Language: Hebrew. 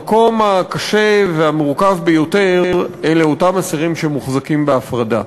המקום הקשה והמורכב ביותר הוא של אותם אסירים שמוחזקים בהפרדה.